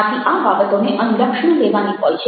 આથી આ બાબતોને અનુલક્ષમાં લેવાની હોય છે